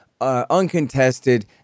uncontested